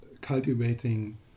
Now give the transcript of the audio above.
cultivating